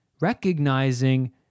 Recognizing